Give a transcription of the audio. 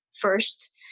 first